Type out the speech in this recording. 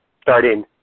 starting